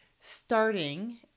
starting